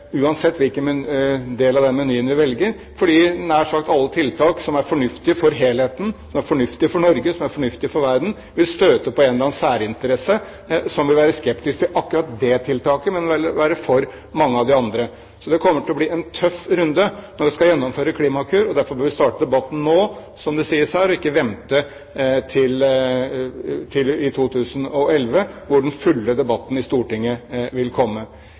uansett hvilken del av menyen vi velger, for nær sagt alle tiltak som er fornuftige for helheten, som er fornuftige for Norge, og som er fornuftige for verden, vil støte på en eller annen særinteresse som vil være skeptisk til akkurat det tiltaket, men være for mange av de andre. Så det kommer til å bli en tøff runde når vi skal gjennomføre Klimakur. Derfor bør vi starte debatten nå, som det sies her, og ikke vente til 2011, da den fulle debatten i Stortinget vil komme.